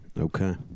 okay